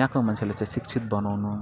यहाँको मान्छेलाई शिक्षित बनाउनु